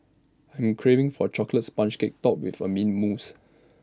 I'm craving for A Chocolate Sponge Cake Topped with Mint Mousse